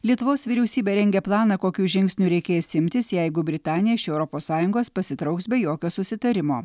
lietuvos vyriausybė rengia planą kokių žingsnių reikės imtis jeigu britanija iš europos sąjungos pasitrauks be jokio susitarimo